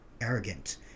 arrogant